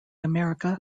america